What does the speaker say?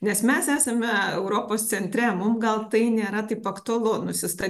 nes mes esame europos centre mums gal tai nėra taip aktualu nusista